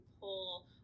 pull